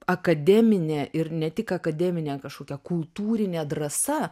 akademinė ir ne tik akademinė kažkokia kultūrinė drąsa